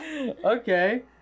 Okay